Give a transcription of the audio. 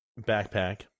backpack